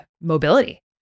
mobility